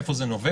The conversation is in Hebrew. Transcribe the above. מאיפה זה נובע?